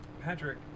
Patrick